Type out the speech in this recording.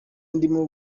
ndimo